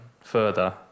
further